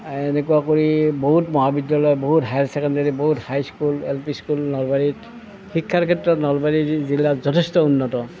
এনেকুৱা কৰি বহুত মহাবিদ্যালয় বহুত হায়াৰ ছেকেণ্ডেৰী বহুত হাইস্কুল এল পি স্কুল নলবাৰীত শিক্ষাৰ ক্ষেত্ৰত নলবাৰী জিলা যথেষ্ট উন্নত